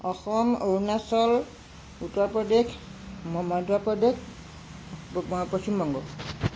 Assam Arunachal Uttar Pradesh Madhya Pradesh Paschim Banga